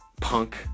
punk